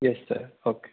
yes sir okay